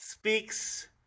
speaks